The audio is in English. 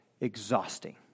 exhausting